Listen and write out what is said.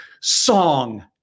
song